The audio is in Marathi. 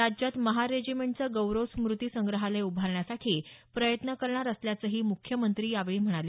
राज्यात महार रेजिमेंटचं गौरव स्मृती संग्रहालय उभारण्यासाठी प्रयत्न करणार असल्याचंही मुख्यमंत्री यावेळी म्हणाले